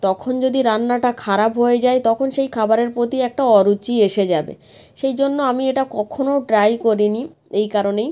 তখন যদি রান্নাটা খারাপ হয়ে যায় তখন সেই খাবারের প্রতি একটা অরুচি এসে যাবে সেই জন্য আমি এটা কখনো ট্রাই করি নি এই কারণেই